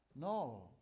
No